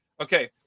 Okay